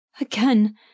Again